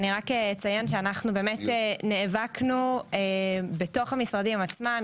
אני רק אציין שאנחנו באמת נאבקנו בתוך המשרדים עצמם,